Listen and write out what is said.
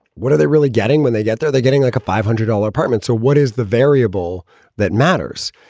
what are they really getting when they get there, they're getting like a five hundred dollar apartments or so what is the variable that matters?